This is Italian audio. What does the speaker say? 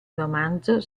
romanzo